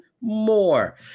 more